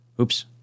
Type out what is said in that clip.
Oops